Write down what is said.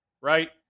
right